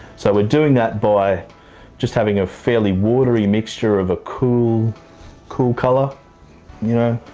so we're doing that by just having a fairly watery mixture of a cool, cool colour you know,